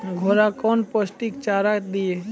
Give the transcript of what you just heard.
घोड़ा कौन पोस्टिक चारा दिए?